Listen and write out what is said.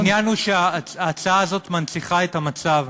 העניין הוא שההצעה הזאת מנציחה את המצב,